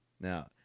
now